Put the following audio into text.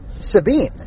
Sabine